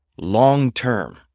long-term